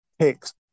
picks